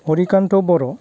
हरिकान्ट' बर'